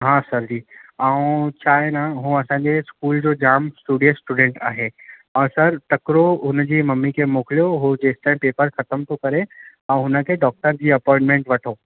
हा सर जी ऐं छा आहे न हू असां जी स्कूल जो जामु स्टूडियस स्टूडेंट आहे ऐं सर तकिड़ो हुन जी ममी खे मोकिलियो हू जेसिताईं पेपर ख़तमु थो करे ऐं हुन खे डॉक्टर जी अपॉइंटमेंट वठो